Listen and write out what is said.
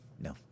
No